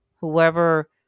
whoever